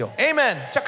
Amen